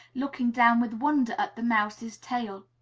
looking down with wonder at the mouse's tail,